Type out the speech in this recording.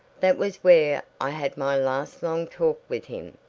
that was where i had my last long talk with him.